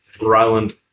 Ryland